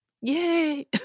yay